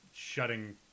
shutting